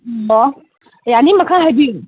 ꯎꯝ ꯑꯣ ꯌꯥꯅꯤ ꯃꯈꯥ ꯍꯥꯏꯕꯤꯌꯨ